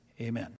Amen